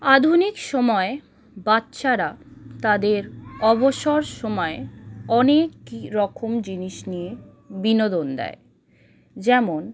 আধুনিক সময়ে বাচ্ছারা তাদের অবসর সময় অনেকই রকম জিনিস নিয়ে বিনোদন দেয় যেমন